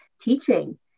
teaching